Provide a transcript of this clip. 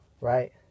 right